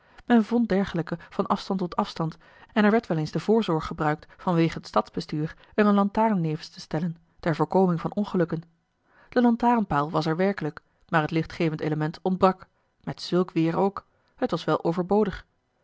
men vond dergelijken van afstand tot afstand en er werd wel eens de voorzorg gebruikt vanwege het stadsbestuur er eene lantaarn nevens te stellen ter voorkoming van ongelukken de lantaarnpaal was er werkelijk maar het lichtgevend element ontbrak met zulk weêr ook het was wel overbodig